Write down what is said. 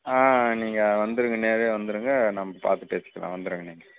ஆ நீங்கள் வந்துடுங்க நேரேயே வந்துடுங்க நம்ம பார்த்து பேசிக்கலாம் வந்துடுங்க நீங்கள்